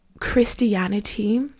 Christianity